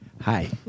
Hi